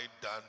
done